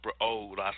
old